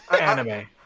anime